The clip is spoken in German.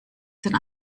den